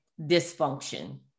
dysfunction